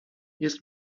jest